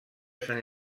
sant